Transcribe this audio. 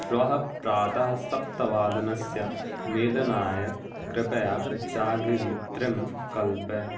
श्वः प्रातः सप्तवादनस्य मेलनाय कृपया जागरित्रीं कल्पय